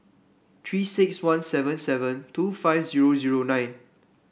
Three six one seven seven two five zero zero nine